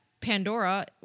Pandora